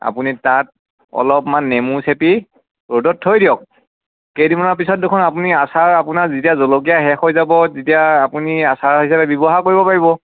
আপুনি তাত অলপমান নেমু চেপি ৰ'দত থৈ দিয়ক কেইদিনমানৰ পাছত দেখোন আপুনি আচাৰ আপোনাৰ জলকীয়া শেষ হৈ যাব তেতিয়া আপুনি আচাৰ হিচাপে ব্যৱহাৰ কৰিব পাৰিব